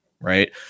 Right